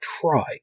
try